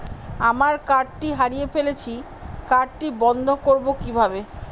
আমার কার্ডটি হারিয়ে ফেলেছি কার্ডটি বন্ধ করব কিভাবে?